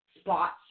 Spot's